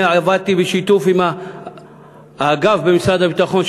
אני עבדתי בשיתוף עם האגף במשרד הביטחון,